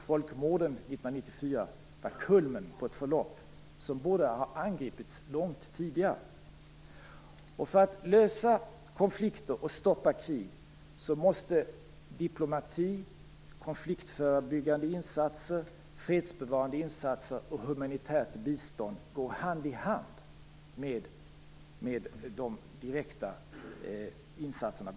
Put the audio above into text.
Folkmorden 1994 var kulmen på ett förlopp som borde ha angripits långt tidigare. För att lösa konflikter och stoppa krig måste diplomati, konfliktförebyggande insatser, fredsbevarande insatser och humanitärt bistånd gå hand i hand med de direkta biståndsinsatserna.